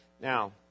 Now